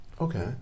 Okay